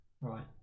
Right